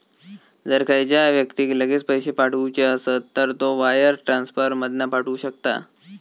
जर खयच्या व्यक्तिक लगेच पैशे पाठवुचे असत तर तो वायर ट्रांसफर मधना पाठवु शकता